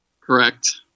Correct